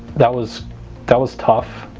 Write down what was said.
that was that was tough